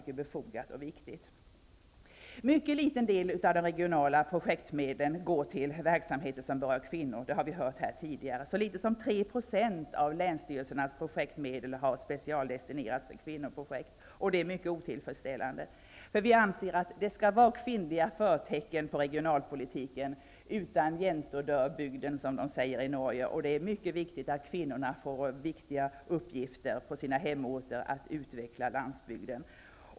En mycket liten del av de regionala projektmedlen går till verksamheter som berör kvinnor. Så litet som 3 % av länsstyrelsernas projektmedel har specialdestinerats för kvinnoprojekt. Detta är mycket otillfredsställande. Vi anser att det skall vara kvinnliga förtecken på regionalpolitiken -- ''utan jäntor dör bygden'', som de säger i Norge. Det är mycket angeläget att kvinnorna får viktiga uppgifter på sina hemorter för att utveckla landsbygden.